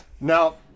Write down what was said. Now